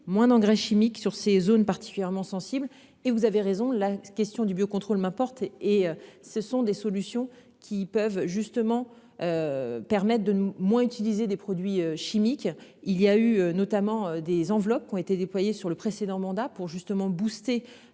moins d'engrais chimiques sur ces zones particulièrement sensibles et vous avez raison, la question du biocontrôle m'apporter et ce sont des solutions qui peuvent justement. Permettre de moins utiliser des produits chimiques, il y a eu notamment des enveloppes ont été déployés sur le précédent mandat pour justement boosté